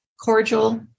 Cordial